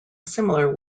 similar